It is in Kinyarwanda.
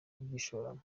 kubyishoramo